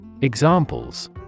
Examples